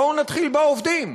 בואו נתחיל בעובדים,